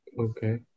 Okay